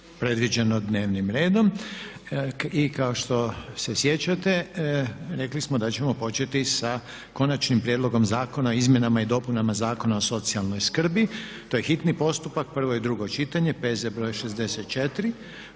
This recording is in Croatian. predviđeno dnevnim redom. I kao što se sjećate rekli smo da ćemo početi sa: - Konačni prijedlog Zakona o izmjenama i dopunama Zakona o socijalnoj skrbi, hitni postupak, prvo i drugo čitanje, P.Z. br. 64;